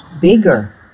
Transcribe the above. bigger